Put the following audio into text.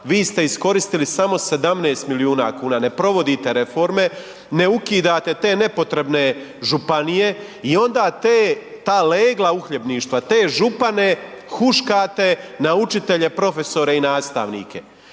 Vi ste iskoristili samo 17 milijuna kuna. Ne provodite reforme, ne ukidate te nepotrebne županije i onda te, ta legla uhljebništva, te župane huškate na učitelje, profesore i nastavnike.